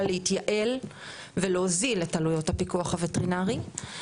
להתייעל ולהוזיל את עלויות הפיקוח הווטרינרי.